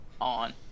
on